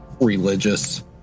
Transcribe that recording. religious